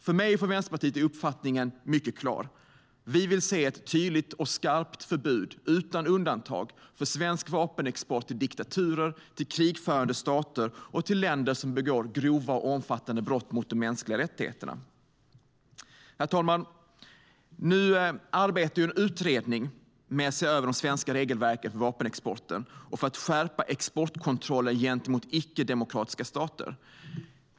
För mig och Vänsterpartiet är uppfattningen mycket klar: Vi vill se ett tydligt och skarpt förbud, utan undantag, mot svensk vapenexport till diktaturer, till krigförande stater och till länder som begår grova och omfattande brott mot de mänskliga rättigheterna. Herr talman! Nu arbetar en utredning med att se över de svenska regelverken för vapenexport och för att skärpa exportkontrollen gentemot icke-demokratiska stater.